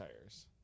tires